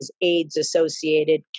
AIDS-associated